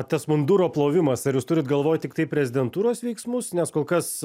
tas munduro plovimas ar jūs turit galvoj tiktai prezidentūros veiksmus nes kol kas